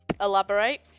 Elaborate